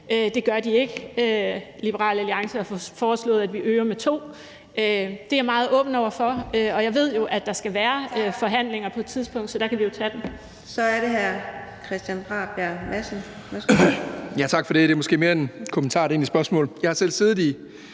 Det gør de ikke. Liberal Alliance har foreslået, at vi øger med 2. Det er jeg meget åben over for, og jeg ved, at der skal være forhandlinger på et tidspunkt, så der kan vi jo tage den.